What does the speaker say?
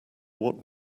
what